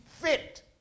fit